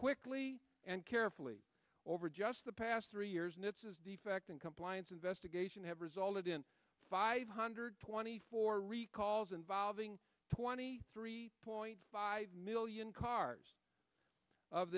quickly and carefully over just the past three years and it says defect and compliance investigation have resulted in five hundred twenty four recalls involving twenty three point five million cars of